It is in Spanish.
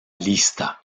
lista